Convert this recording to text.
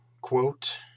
quote